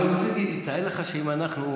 תאר לך אם אנחנו